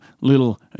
little